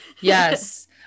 Yes